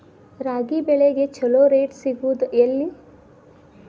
ರಾಗಿ ಬೆಳೆಗೆ ಛಲೋ ರೇಟ್ ಸಿಗುದ ಎಲ್ಲಿ?